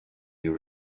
your